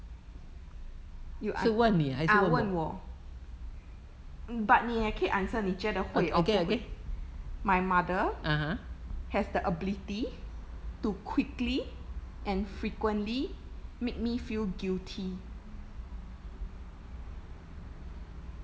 you an~ ah 问我 but 你也可以 answer 你觉得会还不会 hui my mother has the ability to quickly and frequently make me feel guilty